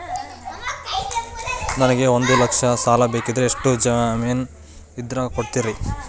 ನನಗೆ ಒಂದು ಲಕ್ಷ ಸಾಲ ಬೇಕ್ರಿ ಎಷ್ಟು ಜಮೇನ್ ಇದ್ರ ಕೊಡ್ತೇರಿ?